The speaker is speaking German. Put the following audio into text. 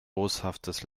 boshaftes